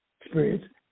experience